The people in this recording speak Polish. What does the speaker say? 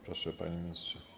Proszę, panie ministrze.